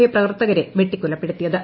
I പ്രവർത്തകരെ വെട്ടിക്കൊലപ്പെടുത്തിയത്